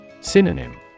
Synonym